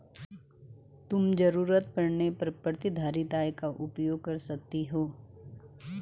तुम ज़रूरत पड़ने पर प्रतिधारित आय का उपयोग कर सकती हो